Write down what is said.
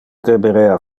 deberea